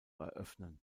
eröffnen